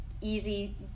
easy